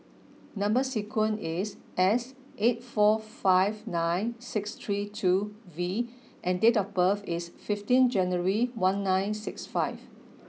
number sequence is S eight four five nine six three two V and date of birth is fifteen January one nine six five